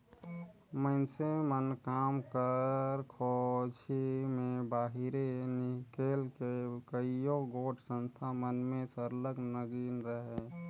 मइनसे मन काम कर खोझी में बाहिरे हिंकेल के कइयो गोट संस्था मन में सरलग लगिन अहें